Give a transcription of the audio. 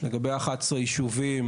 לגבי 11 ישובים,